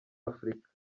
afurika